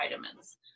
vitamins